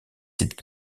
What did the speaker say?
sites